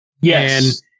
Yes